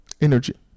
Energy